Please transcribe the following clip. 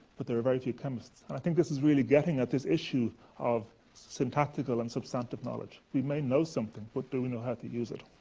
but there are very few chemists. and i think this is really getting at this issue of syntactical and substantive knowledge. we may know something, but do we know how to use it?